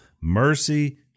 Mercy